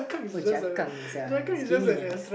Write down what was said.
uh skinny uh